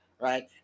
right